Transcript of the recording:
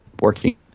working